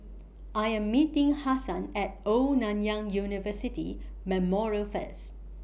I Am meeting Hassan At Old Nanyang University Memorial First